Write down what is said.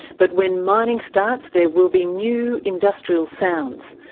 but when mining starts there will be new industrial sounds,